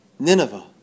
Nineveh